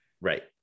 right